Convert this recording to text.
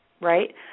Right